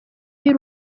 y’u